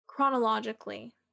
Chronologically